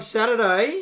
Saturday